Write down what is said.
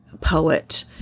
poet